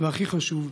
והכי חשוב,